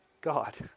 God